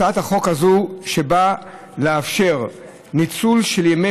הצעת החוק הזאת באה לאפשר ניצול של ימי